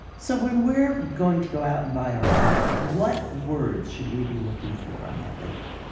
so when we're going to go out and buy our pork, what words should we be looking for on that label?